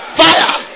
fire